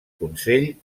consell